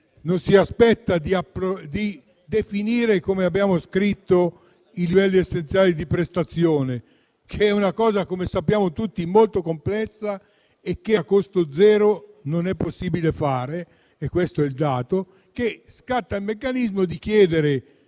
non si aspetta di definire - come abbiamo scritto - i livelli essenziali di prestazione, che è una cosa - come sappiamo tutti - molto complessa e che a costo zero non è possibile fare; scatta invece il meccanismo per